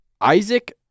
Isaac